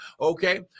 Okay